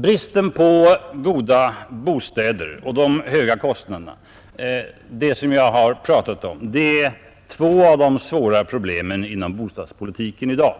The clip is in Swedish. Bristen på goda bostäder och de höga kostnaderna är två av de svåra problemen inom bostadspolitiken i dag.